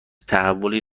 تحولی